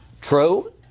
true